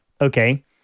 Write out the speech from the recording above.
okay